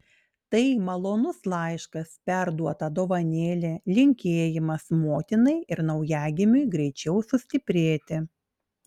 tai malonus laiškas perduota dovanėlė linkėjimas motinai ir naujagimiui greičiau sustiprėti